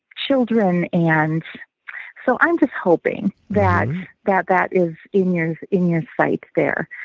children. and so i'm just hoping that that that is in your in your sights there,